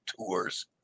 Tours